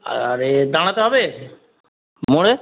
আর এ দাঁড়াতে হবে মোড়ে